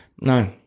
no